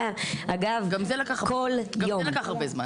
משהו, אגב, שלא קורה עם נושים אחרים.